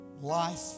life